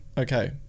okay